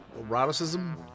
eroticism